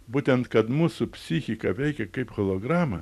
būtent kad mūsų psichika veikia kaip holograma